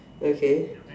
okay